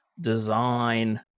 design